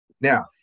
Now